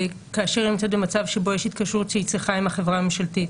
כאשר היא נמצאת במצב שבו יש התקשרות שהיא צריכה עם החברה הממשלתית,